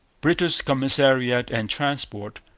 british commissariat and transport.